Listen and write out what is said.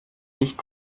sich